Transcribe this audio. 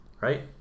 right